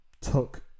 took